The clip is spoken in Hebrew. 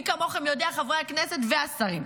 מי כמוכם יודע, חברי הכנסת והשרים.